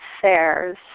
affairs